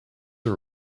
are